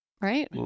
Right